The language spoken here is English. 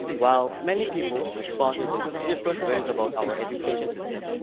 while many people responded in different ways about our education system,